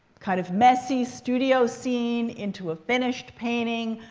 kind of messy studio scene into a finished painting.